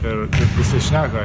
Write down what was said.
ir visi šneka